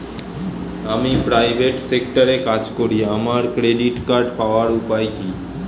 আমি প্রাইভেট সেক্টরে কাজ করি আমার ক্রেডিট কার্ড পাওয়ার উপায় কি?